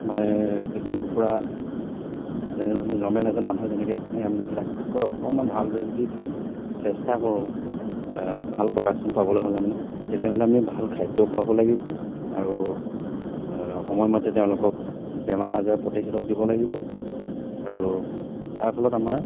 মানে যিখিনি কুকুৰা যেনে ধৰণে নৰ্মেল এজন মানুহে যেনেকে পোহে আমি যদি তাতকৈ অকমান ভালদৰে যদি চেষ্টা কৰোঁ ভাল প্ৰডাকশ্যন পাবলৈ হ'লে মানে তেতিয়াহ'লে আমি ভাল খাদ্য খুৱাব লাগিব আৰু সময়মতে তেওঁলোকক বেমাৰ আজাৰ প্ৰতিষেধক দিব লাগিব আৰু তাৰ ফলত আমাৰ